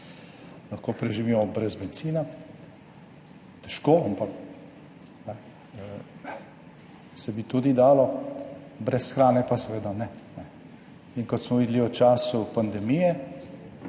Lahko preživimo brez bencina. Težko, ampak se bi tudi dalo, brez hrane pa seveda ne. In kot smo videli v času pandemije,